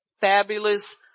fabulous